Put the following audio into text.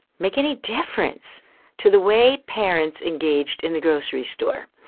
make any difference to the way parents engaged in the grocery store?